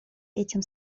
этим